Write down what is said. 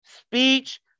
Speech